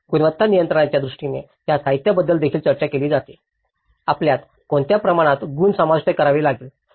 गुणवत्ता नियंत्रणाच्या दृष्टीने त्या साहित्याबद्दल देखील चर्चा केली जाते आपल्यात कोणत्या प्रमाणात गुण समाविष्ट करावे लागतात